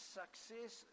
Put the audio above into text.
success